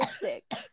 sick